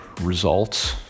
results